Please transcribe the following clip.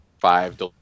Five